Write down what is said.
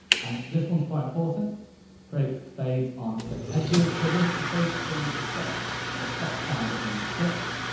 and this one's quite important create fades on clip edges. so this is basically to stop the pop sounds at the end of clips.